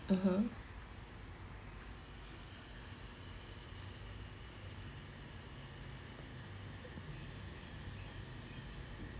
(uh huh)